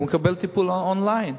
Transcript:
הוא מקבל טיפול און-ליין,